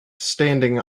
standing